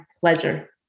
pleasure